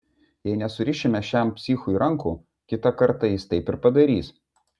jei nesurišime šiam psichui rankų kitą kartą jis taip ir padarys